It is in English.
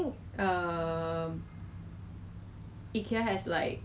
okay okay funny thing is that right because my colleague is